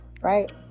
Right